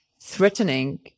threatening